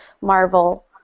Marvel